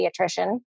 pediatrician